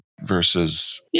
versus